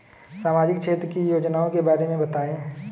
सामाजिक क्षेत्र की योजनाओं के बारे में बताएँ?